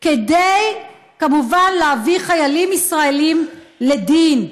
כדי כמובן להביא חיילים ישראלים לדין,